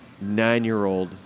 nine-year-old